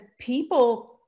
people